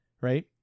right